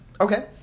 Okay